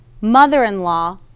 mother-in-law